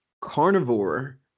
Carnivore